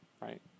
right